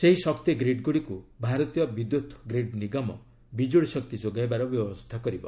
ସେହି ଶକ୍ତି ଗ୍ରୀଡ଼୍ ଗୁଡ଼ିକୁ ଭାରତୀୟ ବିଦ୍ୟୁତ୍ ଗ୍ରୀଡ୍ ନିଗମ ବିଜୁଳିଶକ୍ତି ଯୋଗାଇବାର ବ୍ୟବସ୍ଥା କରିବ